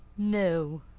no.